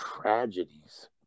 tragedies